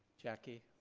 jackie.